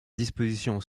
disposition